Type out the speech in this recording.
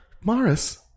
Morris